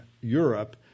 Europe